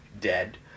dead